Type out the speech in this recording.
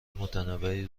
متنوعی